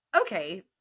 okay